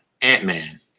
Ant-Man